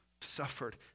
suffered